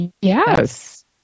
Yes